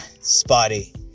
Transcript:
spotty